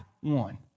one